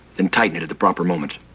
then tighten it at the proper moment.